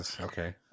okay